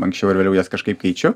anksčiau ar vėliau jas kažkaip keičiu